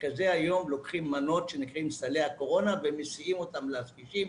מרכזי היום לוקחים מנות שנקראות "סלי הקורונה" ומסיעים אותם לקשישים.